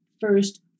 first